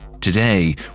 Today